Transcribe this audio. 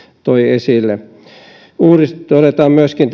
toi esille täällä valiokunnan mietinnössä todetaan myöskin